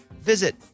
visit